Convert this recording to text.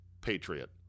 Patriot